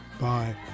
Bye